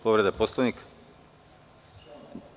Povreda Poslovnika.